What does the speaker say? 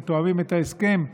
שתואמים את ההסכם,